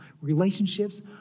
Relationships